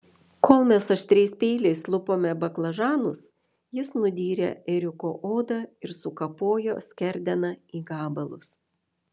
kol mes aštriais peiliais lupome baklažanus jis nudyrė ėriuko odą ir sukapojo skerdeną į gabalus